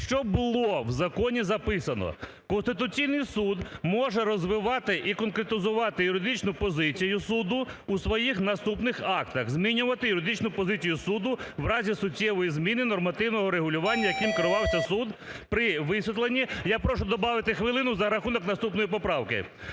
Що було в законі записано? Конституційний Суд може розвивати і конкретизувати юридичну позицію суду у своїх наступних актах: змінювати юридичну позицію суду в разі суттєвої зміни нормативного врегулювання, яким керувався суд при висвітленні (я прошу добавити хвилину за рахунок наступної поправки)